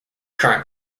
current